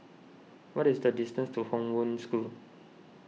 what is the distance to Hong Wen School